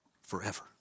forever